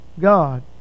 God